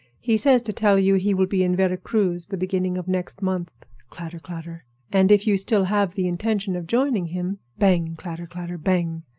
he says to tell you he will be in vera cruz the beginning of next month, clatter, clatter and if you still have the intention of joining him bang! clatter, clatter, bang!